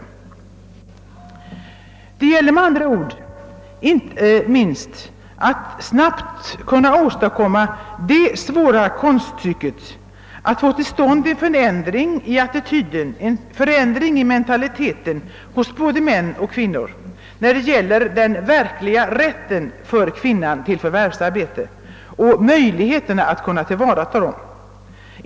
Det gäller med andra ord inte minst att snabbt åstadkomma det svåra konst stycket att få till stånd en förändring i attityden, en förändring i mentaliteten hos både män och kvinnor när det gäller den verkliga rätten för kvinnorna till förvärvsarbete och möjligheterna att kunna ta ett sådant.